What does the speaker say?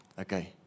Okay